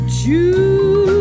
choose